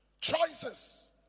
choices